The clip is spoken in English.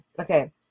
Okay